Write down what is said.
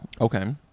Okay